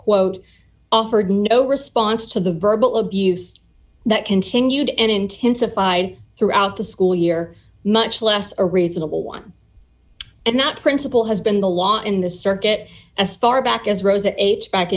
quote offered no response to the verbal abuse that continued intensified throughout the school year much less a reasonable one and not principle has been the law in the circuit as far back as rosa back